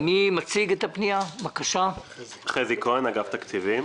הפנייה התקציבית